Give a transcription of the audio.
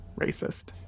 racist